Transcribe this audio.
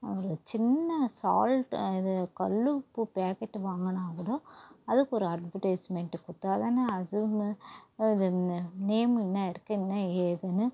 ஒரு சின்ன சால்ட் இது கல் உப்பு பேக்கெட் வாங்கினா கூட அதுக்கு ஒரு அட்வடைஸ்மென்ட் கொடுத்தாதான அதுவும் அது நேம் என்ன இருக்குது என்ன ஏதுன்னு